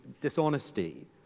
dishonesty